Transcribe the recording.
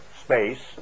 space